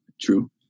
true